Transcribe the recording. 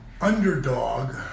Underdog